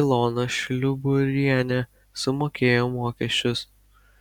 ilona šliuburienė sumokėjo mokesčius